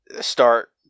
start